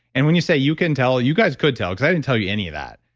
and when you say you can tell you guys could tell, because i didn't tell you any of that.